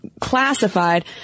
classified